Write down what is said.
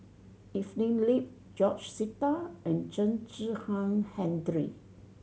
Evelyn Lip George Sita and Chen Kezhan Henri